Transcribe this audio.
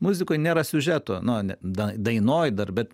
muziko nėra siužeto nu dainoj dar bet